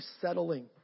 settling